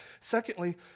Secondly